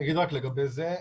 לגבי זה,